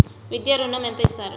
విద్యా ఋణం ఎంత ఇస్తారు?